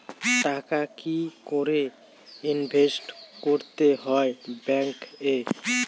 টাকা কি করে ইনভেস্ট করতে হয় ব্যাংক এ?